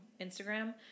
Instagram